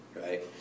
right